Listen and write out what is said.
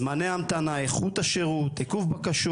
זמני ההמתנה, איכות השירות, עיכוב בקשות.